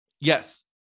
Yes